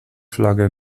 flagge